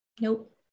nope